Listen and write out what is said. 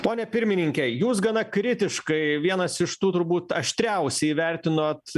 pone pirmininke jūs gana kritiškai vienas iš tų turbūt aštriausiai įvertinot